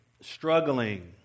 struggling